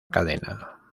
cadena